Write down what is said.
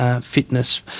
fitness